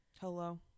Hello